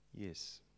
Yes